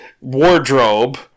wardrobe